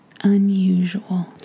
unusual